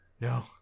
No